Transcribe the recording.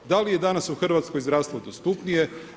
Da li je danas u Hrvatskoj zdravstvo dostupnije?